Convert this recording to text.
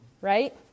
right